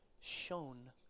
shown